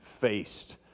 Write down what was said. faced